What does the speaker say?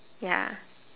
ya